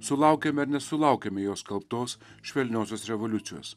sulaukėme ir nesulaukėme jo skelbtos švelniosios revoliucijos